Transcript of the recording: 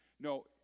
No